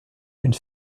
une